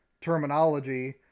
terminology